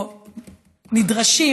או נדרשים,